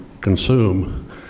consume